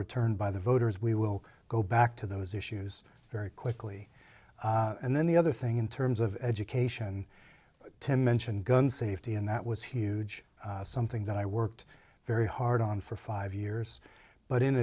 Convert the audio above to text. returned by the voters we will go back to those issues very quickly and then the other thing in terms of education to mention gun safety and that was huge something that i worked very hard on for five years but in